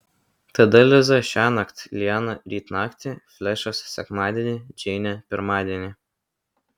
tada liza šiąnakt liana ryt naktį flešas sekmadienį džeinė pirmadienį